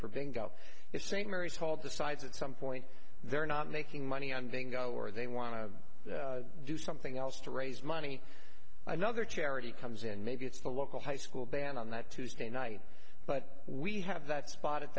for bingo if st mary's hall decides at some point they're not making money i'm going go or they want to do something else to raise money another charity comes in maybe it's the local high school band on that tuesday night but we have that spot